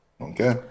Okay